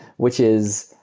which is,